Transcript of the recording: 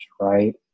Right